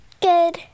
Good